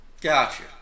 Gotcha